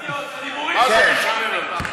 פציעות, הדיבורים, מה זה משנה לך?